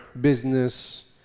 business